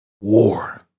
war